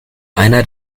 einer